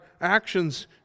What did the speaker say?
actions